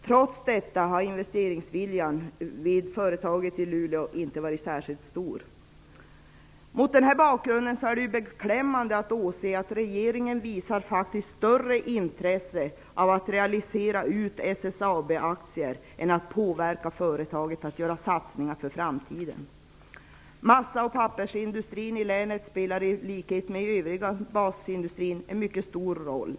Trots detta har viljan att investera i företaget i Luleå inte varit särskilt stor. Mot denna bakgrund är det beklämmande att se att regeringen faktiskt visar större intresse av att realisera ut SSAB-aktier än att påverka företaget att göra satsningar för framtiden. Massa och pappersindustrin i länet spelar i likhet med övrig basindustri en mycket stor roll.